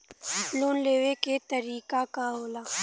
Loan लेवे क तरीकाका होला?